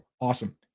awesome